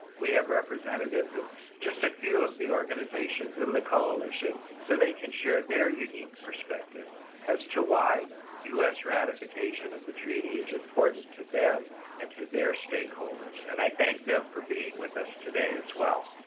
we have representatives of just a few of the organizations in the coalition so they can share their unique perspective as to why u s. ratification of the treaty is important to them and to their stakeholders. and i thank them for being with us today as well.